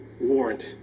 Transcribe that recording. warrant